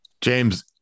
James